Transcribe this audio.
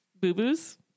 boo-boos